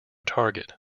target